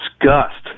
disgust